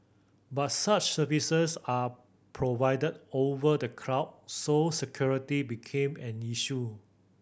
but such services are provided over the cloud so security became an issue